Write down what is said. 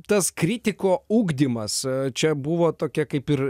tas kritiko ugdymas čia buvo tokia kaip ir